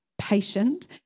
patient